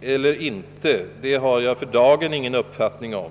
eller inte har jag för dagen ingen uppfattning om.